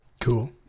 Cool